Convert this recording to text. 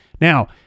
Now